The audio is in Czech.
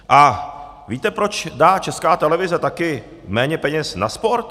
A víte, proč dá Česká televize taky méně peněz na sport?